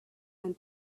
and